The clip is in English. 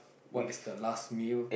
what is the last meal